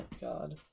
God